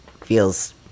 feels